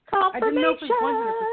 confirmation